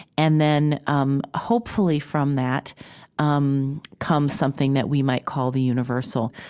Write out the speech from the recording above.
and then, um hopefully from that um comes something that we might call the universal.